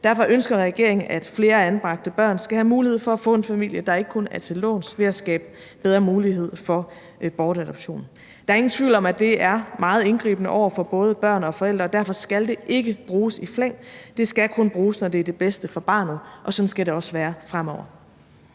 Derfor ønsker regeringen, at flere anbragte børn skal have mulighed for at få en familie, der ikke kun er til låns, ved at skabe bedre mulighed for bortadoption. Der er ingen tvivl om, at det er meget indgribende over for både børn og forældre, og derfor skal det ikke bruges i flæng. Det skal kun bruges, når det er det bedste for barnet, og sådan skal det også være fremover.